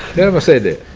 never say that.